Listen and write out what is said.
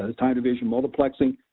ah time division multiplexing,